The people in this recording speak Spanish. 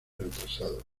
retrasado